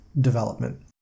development